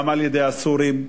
גם על-ידי הסורים,